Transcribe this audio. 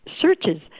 searches